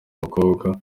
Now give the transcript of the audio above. umukobwa